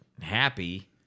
happy